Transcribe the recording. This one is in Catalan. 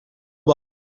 bons